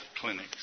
Clinics